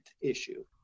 issue